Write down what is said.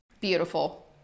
beautiful